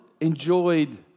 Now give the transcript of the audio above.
enjoyed